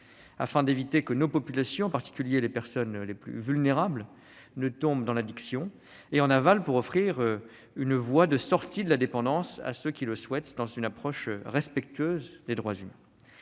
afin d'éviter que nos populations, en particulier les personnes les plus vulnérables, ne tombent dans l'addiction, et en aval, pour offrir une voie de sortie de la dépendance à ceux qui le souhaitent, suivant une approche respectueuse des droits humains.